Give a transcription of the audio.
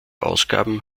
ausgaben